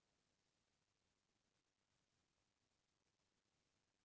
Cheque होए के का फाइदा होथे?